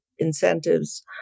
incentives